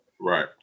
Right